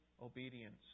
Obedience